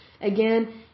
Again